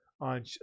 on